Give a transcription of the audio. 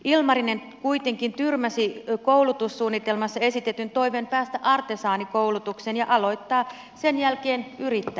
ilmarinen kuitenkin tyrmäsi koulutussuunnitelmassa esitetyn toiveen päästä artesaanikoulutukseen ja aloittaa sen jälkeen yrittäjänä